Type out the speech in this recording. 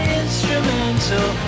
instrumental